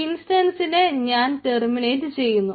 ഇൻസ്റ്റൻസിനെ ഞാൻ ടെർമിനേറ്റ് ചെയ്യുന്നു